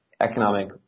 economic